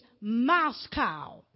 Moscow